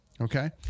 okay